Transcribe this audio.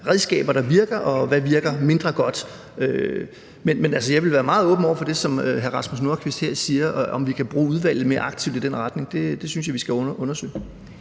redskaber, der virker, og hvad der virker mindre godt. Men jeg vil være meget åben over for det, som hr. Rasmus Nordqvist her siger, altså om vi kan bruge udvalget mere aktivt i den retning. Det synes jeg at vi skal undersøge.